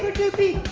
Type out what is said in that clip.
doopey,